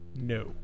No